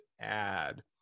add